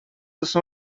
esmu